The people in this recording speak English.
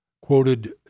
Quoted